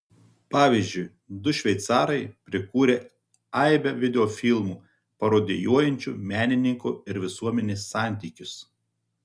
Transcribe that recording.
pavyzdžiui du šveicarai prikūrę aibę videofilmų parodijuojančių menininko ir visuomenės santykius